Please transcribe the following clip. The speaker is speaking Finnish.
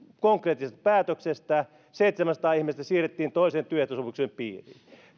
konkreettisesta päätöksestä seitsemänsataa ihmistä siirrettiin toisen työehtosopimuksen piiriin